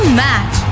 match